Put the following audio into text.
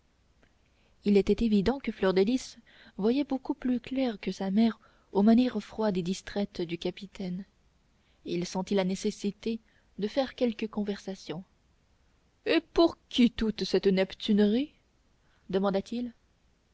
il était évident que fleur de lys voyait beaucoup plus clair que sa mère aux manières froides et distraites du capitaine il sentit la nécessité de faire quelque conversation et pour qui toute cette neptunerie demanda-t-il